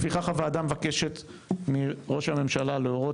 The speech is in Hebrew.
לפיכך הוועדה מבקשת מראש הממשלה להורות